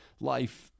life